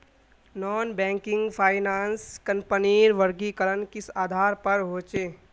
Non banking finance कंपनीर वर्गीकरण किस आधार पर होचे?